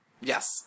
Yes